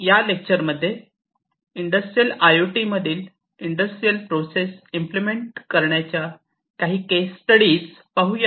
या लेक्चरमध्ये industrial I O T मधील इंडस्ट्रियल प्रोसेस इम्प्लिमेंट करण्याच्या काही केस स्टडीज पाहूया